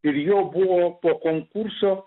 ir jo buvo po konkurso